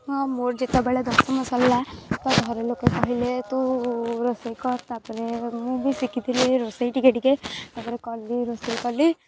ହଁ ମୋର ଯେତେବେଳେ ଦଶମ ସରିଲା ତ ଘର ଲୋକ କହିଲେ ତୁ ରୋଷେଇ କର ତା ପରେ ମୁଁ ବି ଶିଖିଥିଲି ରୋଷେଇ ଟିକେ ଟିକେ ତା ପରେ କଲି ରୋଷେଇ କଲି